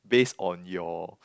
base on your